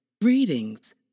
greetings